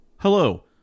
Hello